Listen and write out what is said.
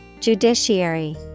Judiciary